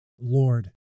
Lord